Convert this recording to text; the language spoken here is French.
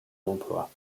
l’emploi